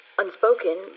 Unspoken